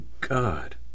God